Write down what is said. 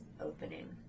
opening